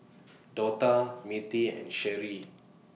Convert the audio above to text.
Dortha Mirtie and Sherrie